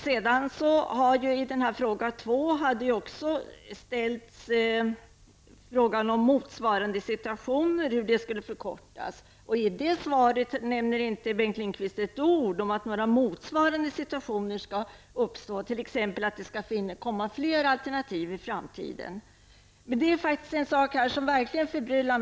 Sedan ställdes även frågan om hur handläggningstiden i motsvarande situationer skulle förkortas. Bengt Lindqvist nämner inte ett ord i svaret om att det skall komma fler alternativ i framtiden om det skulle uppstå motsvarande situationer.